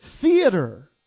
theater